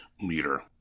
leader